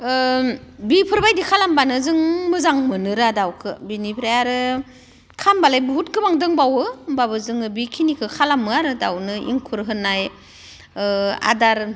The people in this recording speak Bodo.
बेफोरबायदि खालामबानो जों मोजां मोनोरा दावखौ बेनिफ्राय आरो खालामबालाय बहुत गोबां दंबावो होनबाबो जोङो बेखिनिखौ खालामो आरो दावनो एंखुर होनाय आदार